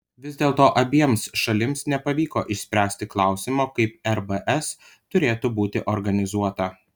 vis dėlto abiems šalims nepavyko išspręsti klausimo kaip rbs turėtų būti organizuota